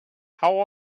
how